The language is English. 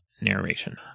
narration